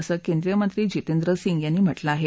असं केंद्रीय मंत्री जितेंद्र सिंग यांनी म्हटलं आह